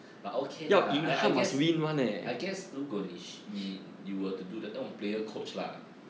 but okay lah I I guess I guess 如果你 sh~ 你 you were to do the 那种 player coach lah